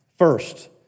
First